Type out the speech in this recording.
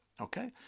Okay